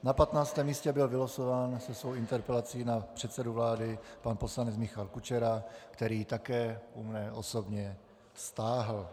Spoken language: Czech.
Na 15. místě byl vylosován se svou interpelací na předsedu vlády pan poslanec Michal Kučera, který ji také u mne osobně stáhl.